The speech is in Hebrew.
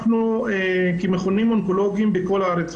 אנחנו כמכונים אונקולוגיים בכל הארץ,